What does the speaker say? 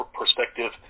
perspective